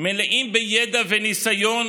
מלאים וידע וניסיון,